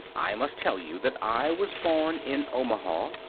i must tell you that i was born in omaha,